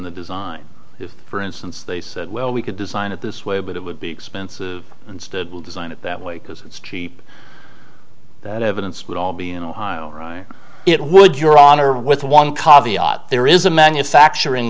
the design if for instance they said well we could design it this way but it would be expensive instead will design it that way because it's cheap that evidence would all be in ohio right it would your honor with one call the there is a manufacturing